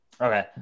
Okay